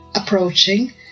approaching